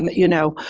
you know,